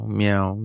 meow